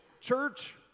church